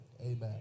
Amen